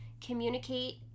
communicate